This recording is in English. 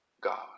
God